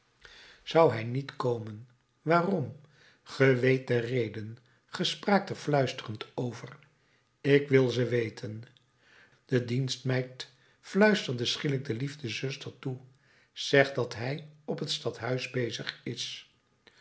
zou hij niet komen waarom ge weet de reden ge spraakt er fluisterend over ik wil ze weten de dienstmeid fluisterde schielijk de liefdezuster toe zeg dat hij op het stadhuis bezig is